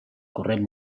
corrent